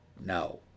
No